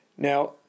Now